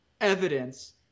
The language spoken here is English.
evidence-